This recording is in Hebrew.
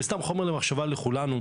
וסתם חומר מחשבה לכולנו,